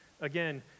Again